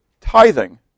tithing